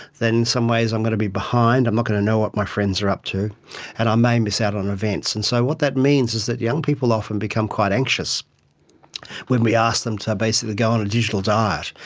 then in some ways i'm going to be behind, i'm not going to know what my friends are up to and i um may miss out on events. and so what that means is that young people often become quite anxious when we ask them to basically go on a digital diet.